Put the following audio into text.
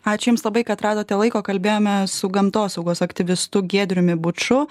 ačiū jums labai kad radote laiko kalbėjome su gamtosaugos aktyvistu giedriumi buču